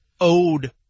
owed